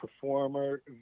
performer